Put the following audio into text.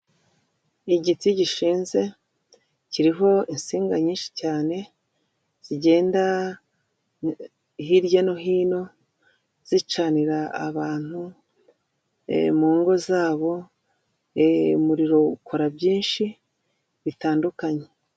Igiti gishinze, kiriho insinga nyinshi cyane, zigenda hirya no hino, zicanira abantu mu ngo zabo, umuriro ukora byinshi bitandukanye.